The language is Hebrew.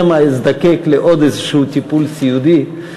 שמא אזדקק לעוד איזה טיפול סיעודי,